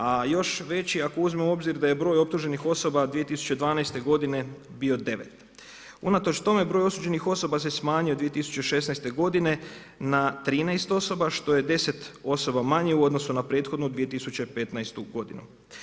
A još veći, ako uzmemo u obzir da je broj optuženih osoba 2012. godine bio 9. Unatoč tome, broj osuđenih osoba se smanjio 2016. godine na 13 osoba, što je 10 osoba manje u odnosu na prethodnu 2015. godinu.